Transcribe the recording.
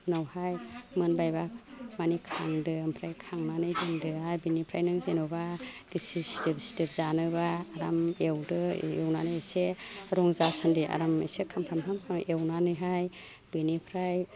उनावहाय मोनबायबा मानि खांदो ओमफ्राय खांनानै दोनदो आर बिनिफ्राय नों जेनबा गिसि सिदोब सिदोब जानोबा आराम एवदो एवनानै इसे रं जासानदि आराम इसे खामफ्रामहां एवनानैहाय बेनिफ्राय